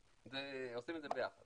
עושים את זה ביחד.